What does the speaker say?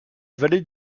vallée